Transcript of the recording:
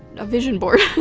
a vision board.